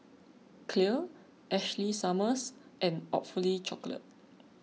Clear Ashley Summers and Awfully Chocolate